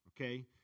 Okay